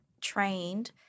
trained